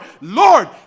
Lord